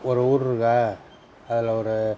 ஒரு ஊர் இருக்கா அதில் ஒரு